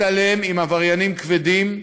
הצטלם עם עבריינים כבדים,